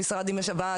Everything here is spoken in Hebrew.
עם השב"ס,